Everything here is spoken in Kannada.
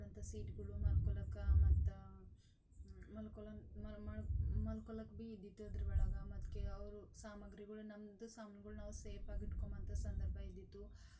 ಕೂಡೋಂಥ ಸೀಟ್ಗಳು ಮಲ್ಕೊಳ್ಳೋಕ್ಕೆ ಮತ್ತು ಮಲ್ಕೊಳ್ಳೋಕೆ ಭೀ ಇದ್ದಿತ್ತು ಅದ್ರ ಒಳಗೆ ಮದ್ಕೆ ಅವ್ರು ಸಾಮಾಗ್ರಿಗಳು ನಮ್ದು ಸಾಮಾನುಗಳು ನಾವು ಸೇಫಾಗಿಟ್ಕೊಂಬಂತ ಸಂದರ್ಭ ಇದ್ದಿತ್ತು